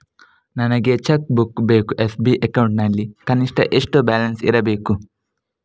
ನನಗೆ cheque book ಬೇಕು SB account ನಲ್ಲಿ ಕನಿಷ್ಠ ಎಷ್ಟು ಬ್ಯಾಲೆನ್ಸ್ ಇರಬೇಕು?